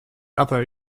other